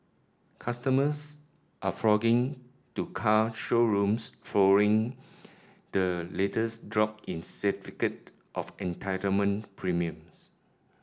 customers are flocking to car showrooms following the latest drop in certificate of entitlement premiums